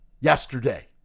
yesterday